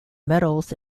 medals